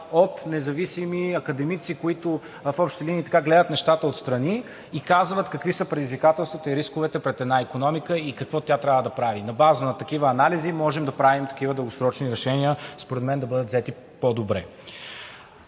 от независими академици, които в общи линии гледат нещата отстрани и казват какви са предизвикателствата и рисковете пред една икономика и какво тя трябва да прави. На база на такива анализи можем да правим такива дългосрочни решения и според мен да бъдат взети по-добре.